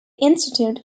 institute